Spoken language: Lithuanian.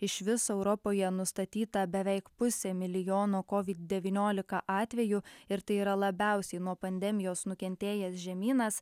iš viso europoje nustatyta beveik pusė milijono covid devyniolika atvejų ir tai yra labiausiai nuo pandemijos nukentėjęs žemynas